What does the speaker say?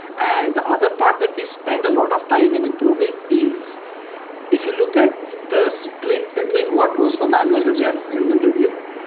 and the other part that we spend a lot of time in improving is if you look at the split between what goes for manual review and human review,